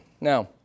Now